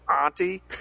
auntie